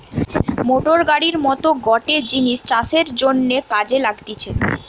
motor গাড়ির মত গটে জিনিস চাষের জন্যে কাজে লাগতিছে